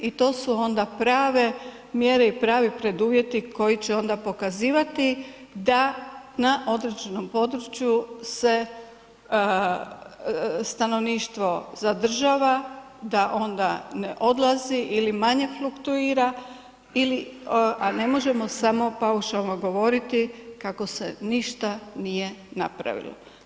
I to su onda prave mjere i pravi preduvjeti koji će onda pokazivati da na određenom području se stanovništvo zadržava, da ona ne odlazi ili manje fluktuira ili ne možemo samo paušalno govoriti kako se ništa nije napravilo.